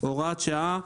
הוראת שעה,